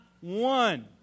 one